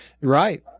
Right